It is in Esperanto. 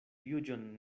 juĝon